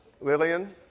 Lillian